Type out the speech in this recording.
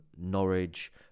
Norwich